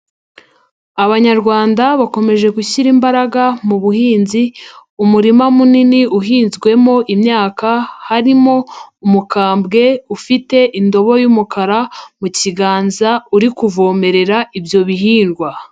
Abanyarwanda bakomeje gushyira imbaraga mu buhinzi, umurima munini uhinzwemo imyaka harimo umukambwe ufite indobo y'umukara mu kiganza uri kuvomerera ibyo bihingwa.